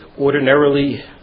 ordinarily